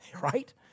right